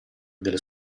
delle